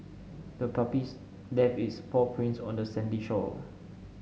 the puppy left its paw prints on the sandy shore